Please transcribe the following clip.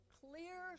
clear